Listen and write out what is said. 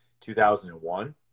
2001